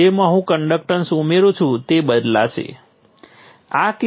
તેથી મારે I12 ને તે જ રાખવું પડશે આ હજી પણ ચલ છે